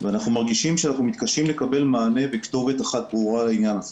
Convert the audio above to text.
ואנחנו מרגישים שאנחנו מתקשים לקבל מענה מכתובת אחת ברורה לעניין הזה.